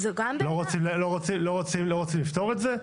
לא רוצים לפתור את זה?